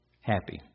Happy